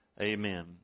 amen